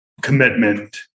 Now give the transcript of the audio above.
commitment